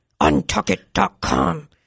untuckit.com